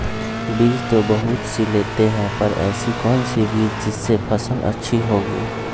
बीज तो बहुत सी लेते हैं पर ऐसी कौन सी बिज जिससे फसल अच्छी होगी?